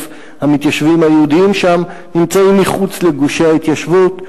המתיישבים היהודים שם נמצאים מחוץ לגושי ההתיישבות.